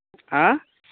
हाँ